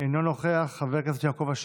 אינו נוכח, חבר הכנסת יעקב אשר,